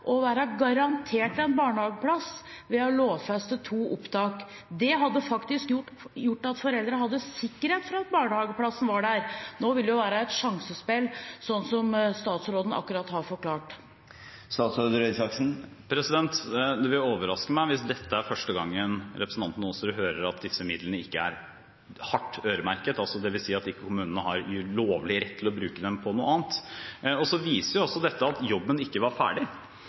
å være garantert en barnehageplass ved å lovfeste to opptak? Det hadde faktisk gjort at foreldrene hadde sikkerhet for at barnehageplassen var der. Nå vil det være et sjansespill, slik som statsråden akkurat har forklart. Det vil overraske meg hvis dette er første gangen representanten Aasrud hører at disse midlene ikke er hardt øremerket, dvs. at ikke kommunene har lovlig rett til å bruke dem på noe annet. Så viser også dette at jobben ikke var ferdig.